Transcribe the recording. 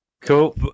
cool